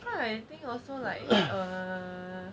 now like I think hor so like err